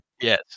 Yes